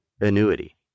annuity